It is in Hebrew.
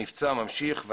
המבצע ממשיך,